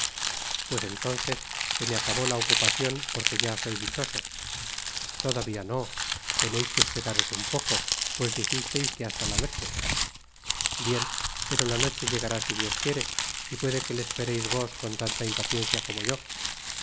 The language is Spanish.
pues entonces se me acabó la ocupacion porque ya soy dichoso todavía no teneis que esperaros un poco pues dijisteis que hasta la noche bien pero la noche llegará si dios quiere y puede que le espereis vos con tanta impaciencia como yo